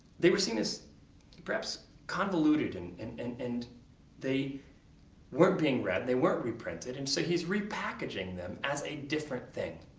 they were seen as perhaps convoluted, and and and and they weren't being read, they weren't reprinted, and so he's repackaging them as a different thing.